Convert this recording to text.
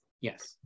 Yes